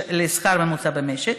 לשכר הממוצע במשק.